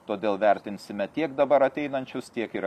todėl vertinsime tiek dabar ateinančius tiek ir